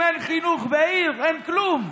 אם אין חינוך בעיר אין כלום.